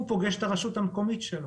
הוא פוגש את הרשות המקומית שלו,